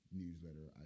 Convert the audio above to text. newsletter